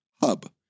hub